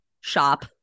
shop